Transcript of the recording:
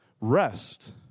rest